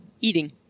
Eating